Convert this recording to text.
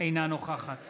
אינה נוכחת